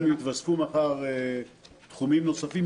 גם אם יתווספו מחר תחומים נוספים,